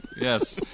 Yes